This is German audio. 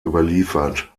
überliefert